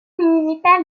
municipal